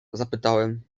zapytałem